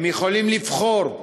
הם יכולים לבחור.